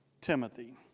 Timothy